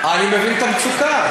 אני מבין את המצוקה,